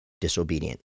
disobedient